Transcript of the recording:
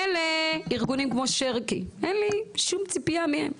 מילא ארגונים כמו שרקי, אין לי שום ציפייה מהם,